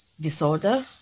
disorder